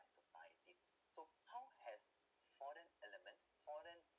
society so how has foreign element foreign